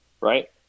right